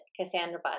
Cassandra